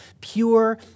Pure